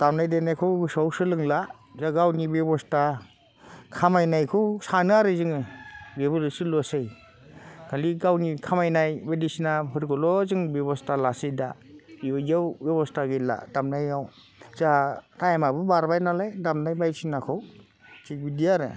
दामनाय देनायखौ गोसोआव सोलोंला दा गावनि बेबस्था खामायनायखौ सानो आरो जोङो बेबादि सोलियोसै खालि गावनि खामायनाय बायदिसिनाफोरखौल' जों बेबस्थालासै दा बिबायदियाव बेबस्था गैला दामनायाव जाहा टाइमाबो बारबाय नालाय दामनाय बायदिसिनाखौ थिख बिदि आरो